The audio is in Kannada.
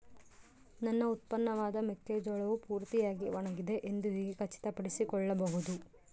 ನನ್ನ ಉತ್ಪನ್ನವಾದ ಮೆಕ್ಕೆಜೋಳವು ಪೂರ್ತಿಯಾಗಿ ಒಣಗಿದೆ ಎಂದು ಹೇಗೆ ಖಚಿತಪಡಿಸಿಕೊಳ್ಳಬಹುದು?